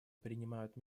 принимают